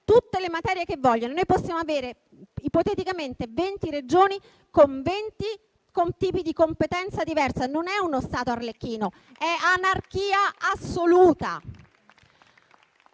tutte le materie che vogliono. Noi potremmo avere ipoteticamente 20 Regioni con 20 tipi di competenze diverse: non è uno Stato arlecchino, è anarchia assoluta.